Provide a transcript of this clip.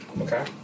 Okay